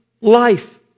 life